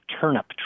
turnip